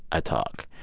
i talk.